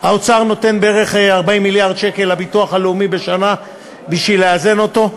האוצר נותן בערך 40 מיליארד שקל לביטוח הלאומי בשנה בשביל לאזן אותו.